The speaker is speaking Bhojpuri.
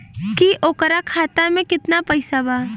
की ओकरा खाता मे कितना पैसा बा?